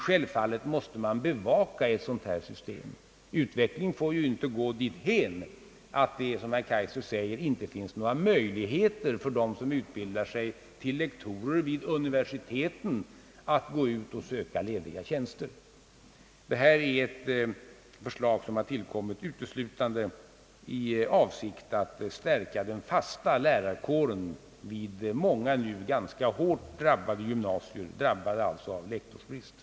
Självfallet måste man dock bevaka ett sådant här system. Utvecklingen får ju inte gå dithän att det, som herr Kaijser säger, inte finns några möjligheter för dem som utbildar sig till lektorer vid universiteten att gå ut och söka lediga tjänster. Propositionens förslag har tillkommit uteslutande i avsikt att stärka den fasta lärarkåren vid många av lektorsbristen nu ganska hårt drabbade gymnasier.